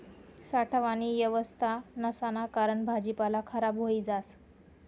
साठावानी येवस्था नसाना कारण भाजीपाला खराब व्हयी जास